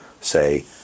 say